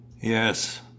Yes